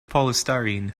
polystyrene